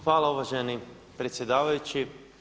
Hvala uvaženi predsjedavajući.